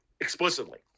explicitly